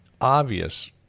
obvious